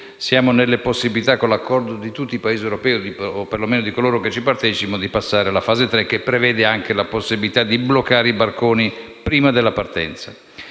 siamo nelle possibilità, con l'accordo di tutti i Paesi europei o, per lo meno, di coloro che vi partecipano, di passare alla fase tre, che prevede anche la possibilità di bloccare i barconi prima della partenza.